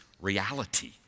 reality